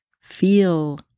feel